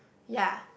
ya